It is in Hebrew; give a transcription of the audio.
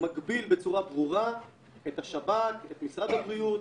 מגביל בצורה ברורה את השב"כ, את משרד הבריאות,